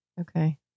Okay